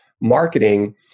marketing